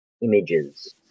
images